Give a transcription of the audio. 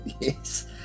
Yes